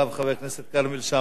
חבר הכנסת כרמל שאמה.